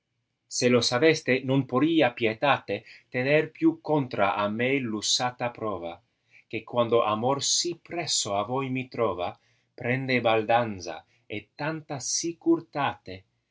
se lo sateste non porria pietate tener più contra a me v usata prova che quando amor si presso a voi mi trota prende baldanza e tanta sicurtate che